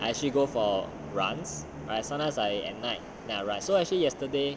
I actually go for runs right sometimes I at night then I run so actually yesterday